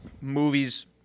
movies